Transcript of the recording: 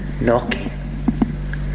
Knocking